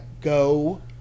Go